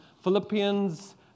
Philippians